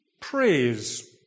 Praise